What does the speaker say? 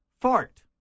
fart